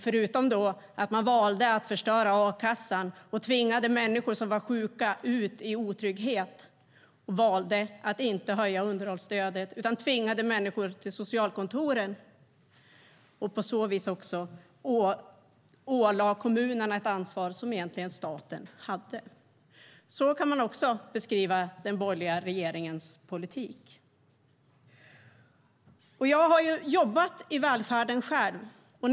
Förutom att man valde att förstöra akassan och tvingade människor som var sjuka ut i otrygghet valde man att inte höja underhållsstödet utan tvingade människor till socialkontoren och ålade på så vis också kommunerna ett ansvar som egentligen staten hade. Så kan man också beskriva den borgerliga regeringens politik. Jag har jobbat i välfärden själv.